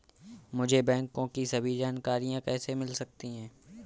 मुझे बैंकों की सभी जानकारियाँ कैसे मिल सकती हैं?